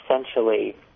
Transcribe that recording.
essentially